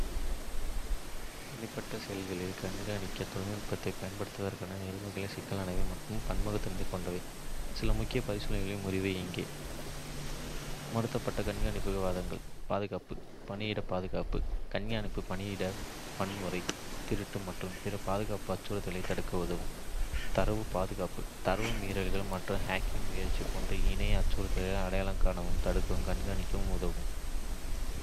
தனிப்பட்ட செயல்பாடுகளைக் கண்காணிக்க தொழில்நுட்பத்தைப் பயன்படுத்துவதற்கான நெறிமுறைகள் சிக்கலானவை மற்றும் பன்முகத்தன்மை கொண்டவை. சில முக்கிய பரிசீலனைகளின் முறிவு இங்கே: மட்டுப்படுத்தப்பட்ட கண்காணிப்புக்கான வாதங்கள்: பாதுகாப்பு: பணியிடப் பாதுகாப்பு: கண்காணிப்பு பணியிட வன்முறை, திருட்டு மற்றும் பிற பாதுகாப்பு அச்சுறுத்தல்களைத் தடுக்க உதவும். தரவு பாதுகாப்பு: தரவு மீறல்கள் மற்றும் ஹேக்கிங் முயற்சிகள் போன்ற இணைய அச்சுறுத்தல்களை அடையாளம் காணவும் தடுக்கவும் கண்காணிப்பு உதவும்.